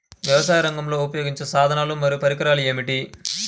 వ్యవసాయరంగంలో ఉపయోగించే సాధనాలు మరియు పరికరాలు ఏమిటీ?